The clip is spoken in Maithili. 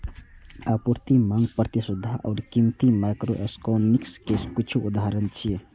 आपूर्ति, मांग, प्रतिस्पर्धा आ कीमत माइक्रोइकोनोमिक्स के किछु उदाहरण छियै